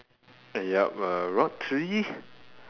yup uh rod three